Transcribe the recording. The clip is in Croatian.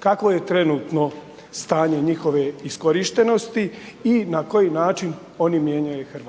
kakvo je trenutno stanje njihove iskorištenosti i na koji način oni mijenjaju RH?